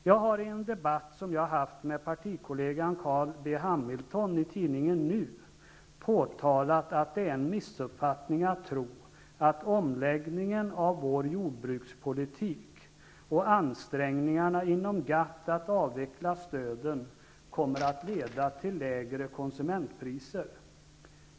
Jag har i en debatt som jag har haft med partikollegan Carl B. Hamilton i tidningen Nu påtalat att det är en missuppfattning att omläggningen av vår jordbrukspolitik och ansträngningarna inom GATT att avveckla stöden kommer att leda till lägre konsumentpriser.